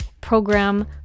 program